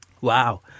Wow